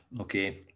okay